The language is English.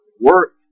work